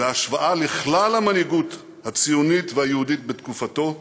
בהשוואה לכלל המנהיגות הציונית והיהודית בתקופתו,